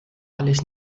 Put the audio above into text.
alles